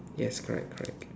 yes correct correct